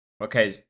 Okay